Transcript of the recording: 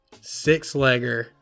Six-legger